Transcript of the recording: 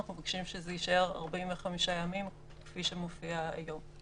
אנחנו מבקשים שזה יישאר 45 ימים כפי שמופיע היום.